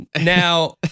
Now